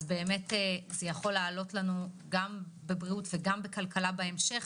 זה יכול לעלות לנו גם בבריאות וגם בכלכלה בהמשך.